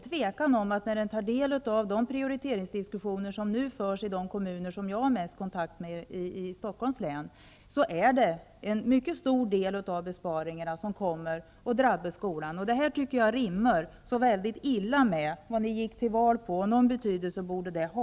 Av de prioriteringsdiskussioner som nu förs ute i de kommuner som jag har mest kontakt med i Stockholms län framgår att en mycket stor del av besparingarna kommer att drabba just skolan. Det här tycker jag rimmar väldigt illa med vad Moderaterna gick till val på. Någon betydelse borde det ha.